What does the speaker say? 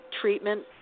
treatment